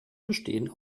bestehen